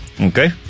okay